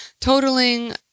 totaling